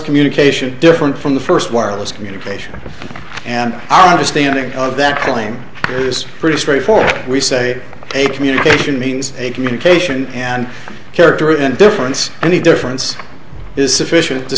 communication different from the first wireless communication and our understanding of that claim is pretty straightforward we say a communication means a communication and character and difference and the difference is sufficient to